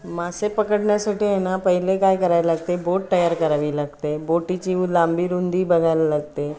मासे पकडण्यासाठी आहे ना पहिले काय करायला लागते बोट तयार करावी लागते बोटीची उ लांबीरुंदी बघायला लागते